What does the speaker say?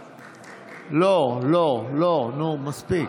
לא, נו, מספיק.